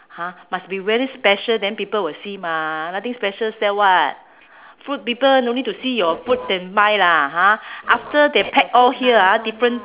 ha must be very special then people will see mah nothing special sell what fruit people no need to see your fruit then buy lah ha after they pack all here ah